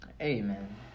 Amen